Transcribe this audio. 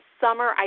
summer